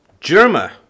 Germa